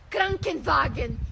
Krankenwagen